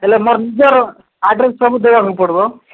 ହେଲେ ମୋ ନିଜର ଆଡ୍ରେସ୍ ସବୁ ଦେବାକୁ ପଡ଼ିବ